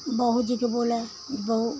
बहू जी को बोला बहू